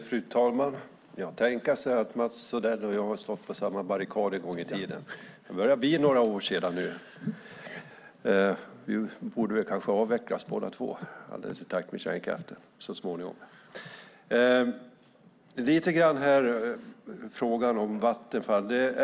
Fru talman! Tänka sig att Mats Odell och jag har stått på samma barrikad en gång i tiden! Det börjar bli några år sedan nu. Vi borde kanske avvecklas båda två i takt med kärnkraften så småningom. Jag ska ta upp frågan om Vattenfall.